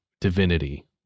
divinity